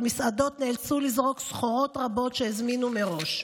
ומסעדות נאלצו לזרוק סחורות רבות שהזמינו מראש.